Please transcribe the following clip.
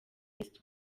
east